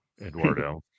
Eduardo